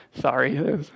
sorry